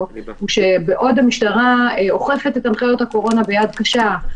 הוא שבעוד המשטרה אוכפת את הנחיות הקורונה ביד קשה,